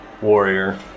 warrior